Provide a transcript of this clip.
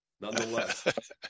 nonetheless